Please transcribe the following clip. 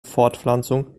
fortpflanzung